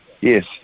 yes